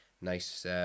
nice